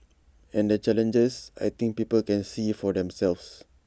and the challenges I think people can see for themselves